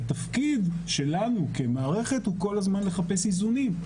והתפקיד שלנו כמערכת הוא כול הזמן לחפש איזונים.